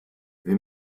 wir